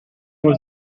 was